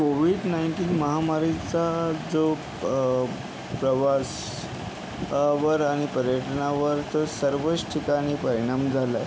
Covid nineteen महामारीचा जो प प्रवासावर आणि पर्यटनावर तर सर्वच ठिकाणी परिणाम झाला आहे